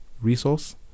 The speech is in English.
resource